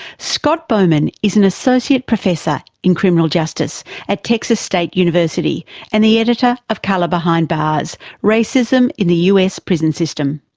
scott bowman is an associate professor of criminal justice at texas state university and the editor of color behind bars racism in the us prison system.